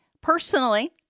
Personally